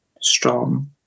strong